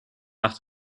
nach